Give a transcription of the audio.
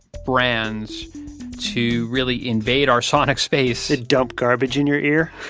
brands to really invade our sonic space they dump garbage in your ear?